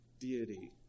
deity